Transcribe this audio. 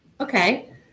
Okay